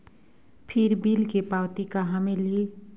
फिर बिल के पावती कहा मिलही?